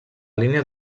línia